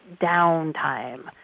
downtime